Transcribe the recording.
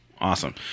Awesome